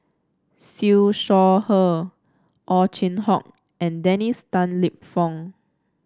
Siew Shaw Her Ow Chin Hock and Dennis Tan Lip Fong